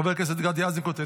חבר הכנסת גדי איזנקוט,